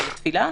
לתפילה,